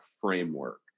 framework